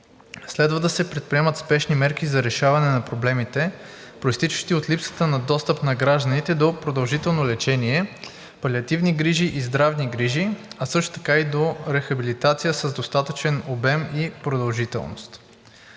Следва да се предприемат спешни мерки за решаване на проблемите, произтичащи от липсата на достъп на гражданите до продължително лечение, палиативни грижи и здравни грижи, а също така и до рехабилитация с достатъчен обем и продължителност.